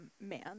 man